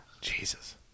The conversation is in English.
Jesus